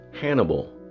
Hannibal